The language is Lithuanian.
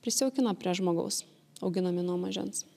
prisijaukina prie žmogaus auginami nuo mažens